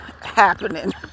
happening